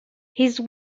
his